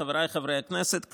חבריי חברי הכנסת,